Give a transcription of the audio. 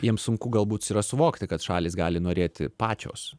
jiems sunku galbūt yra suvokti kad šalys gali norėti pačios